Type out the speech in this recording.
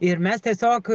ir mes tiesiog